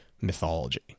mythology